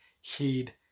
heed